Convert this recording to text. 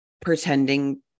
pretending